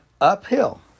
uphill